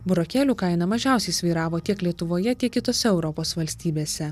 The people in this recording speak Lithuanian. burokėlių kaina mažiausiai svyravo tiek lietuvoje tiek kitose europos valstybėse